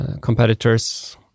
competitors